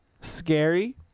Scary